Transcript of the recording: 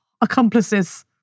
Accomplices